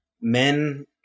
men